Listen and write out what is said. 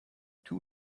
two